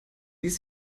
ließ